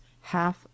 half